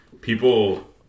People